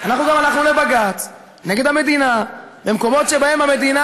שאוהבים לתקוף אותה.